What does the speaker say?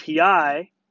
api